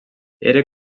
era